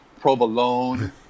Provolone